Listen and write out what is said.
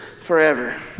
forever